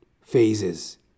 phases